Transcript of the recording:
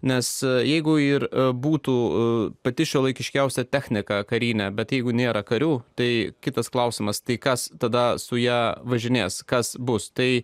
nes jeigu ir būtų pati šiuolaikiškiausia technika karine bet jeigu nėra karių tai kitas klausimas tai kas tada su ja važinės kas bus tai